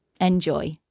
Enjoy